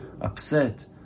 upset